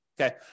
Okay